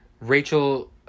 Rachel